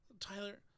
Tyler